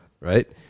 right